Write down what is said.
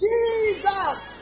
Jesus